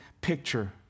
picture